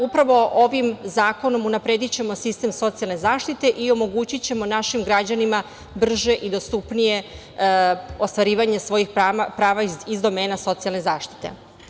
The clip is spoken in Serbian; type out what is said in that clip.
Upravo ovim zakonom unapredićemo sistem socijalne zaštite i omogućićemo našim građanima brže i dostupnije ostvarivanje svojih prava iz domena socijalne zaštite.